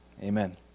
Amen